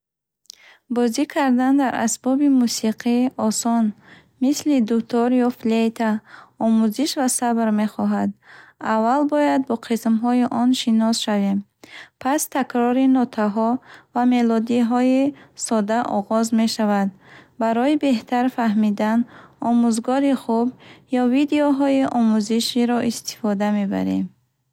Бозӣ кардан дар асбоби мусиқии осон, мисли дутор ё флейта, омӯзиш ва сабр мехоҳад. Аввал бояд бо қисмҳои он шинос шавем. Пас, такрори нотаҳо ва мелодиҳои содда оғоз мешавад. Барои беҳтар фаҳмидан, омӯзгори хуб ё видеоҳои омӯзиширо истифода мебарем.